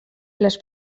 les